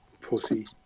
Pussy